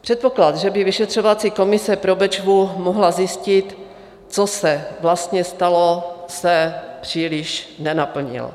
Předpoklad, že by vyšetřovací komise pro Bečvu mohla zjistit, co se vlastně stalo, se příliš nenaplnil.